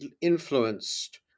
influenced